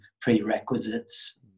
prerequisites